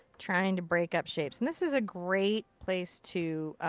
trying to break up shapes. and this is a great place to,